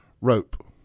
rope